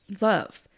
love